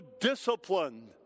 disciplined